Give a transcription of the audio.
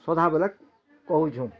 ସଦାବେଲେ କହୁଛୁଁ